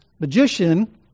magician